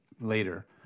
later